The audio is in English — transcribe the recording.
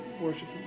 worship